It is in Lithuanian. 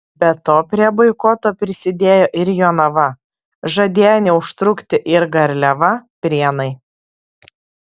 be to prie boikoto prisidėjo ir jonava žadėjo neužtrukti ir garliava prienai